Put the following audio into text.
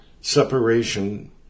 separation